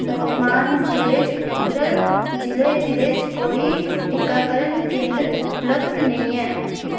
वर्तमान जि'ले च उगरल जि'ले जि'ले च कोई टीकाकरण केंद्र उपलब्ध नेईं ऐ